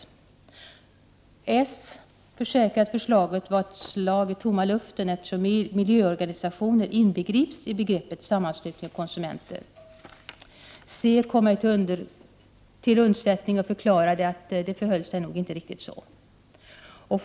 Socialdemokraterna försäkrade att förslaget var ett slag i tomma luften eftersom miljöorganisationer inbegrips i begreppet ”sammanslutning av konsumenter”. Centern kom till undsättning och förklarade att det nog inte förhöll sig riktigt så.